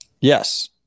Yes